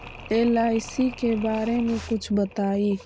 LIC के बारे मे कुछ बताई?